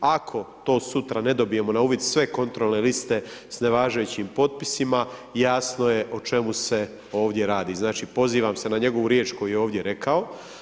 Ako to sutra ne dobijemo na uvid, sve kontrolne liste s nevažećim potpisima, jasno je o čemu se ovdje radi, znači pozivam se na njegovu riječ koju je ovdje rekao.